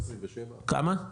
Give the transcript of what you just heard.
כמה?